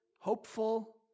hopeful